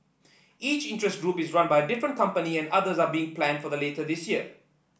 each interest group is run by a different company and others are being planned for the later this year